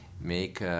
make